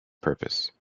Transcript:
purpose